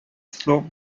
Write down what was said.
slope